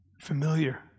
Familiar